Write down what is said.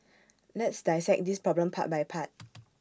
let's dissect this problem part by part